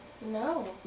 No